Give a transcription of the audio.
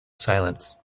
silence